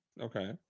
Okay